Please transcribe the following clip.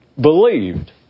believed